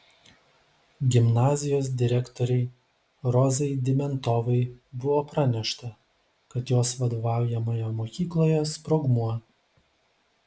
gimnazijos direktorei rozai dimentovai buvo pranešta kad jos vadovaujamoje mokykloje sprogmuo